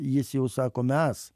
jis jau sako mes